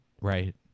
right